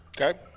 Okay